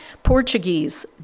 Portuguese